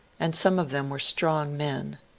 and some of them were strong men.